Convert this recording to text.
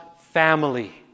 family